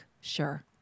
Sure